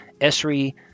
ESRI